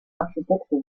architecte